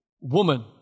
woman